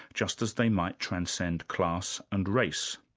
just as they might transcend class and race.